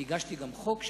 הגשתי גם חוק,